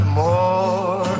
more